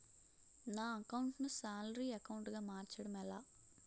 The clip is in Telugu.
నా అకౌంట్ ను సాలరీ అకౌంట్ గా మార్చటం ఎలా?